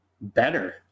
better